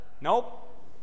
Nope